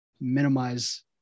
minimize